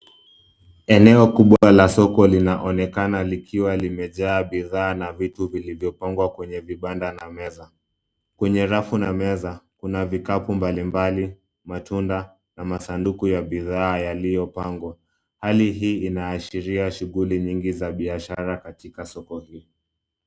Eneo kubwa la soko linaonekana likiwa limejaa bidhaa na vitu vilivyopangwa kwenye vibanda na meza. Kwenye rafu na meza kuna vikapu mbalimbali, matunda na masanduku ya bidhaa yaliyopangwa. Hali hii inaashiria shughuli nyingi za biashara katika soko hii.